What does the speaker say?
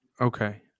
Okay